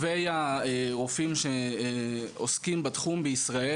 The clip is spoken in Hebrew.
טובי הרופאים שעוסקים בתחום בישראל